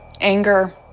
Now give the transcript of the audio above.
anger